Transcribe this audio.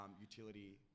utility